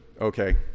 okay